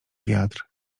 wiatr